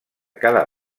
cada